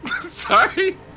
Sorry